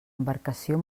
embarcació